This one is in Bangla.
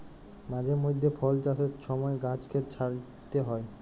মাঝে মইধ্যে ফল চাষের ছময় গাহাচকে ছাঁইটতে হ্যয়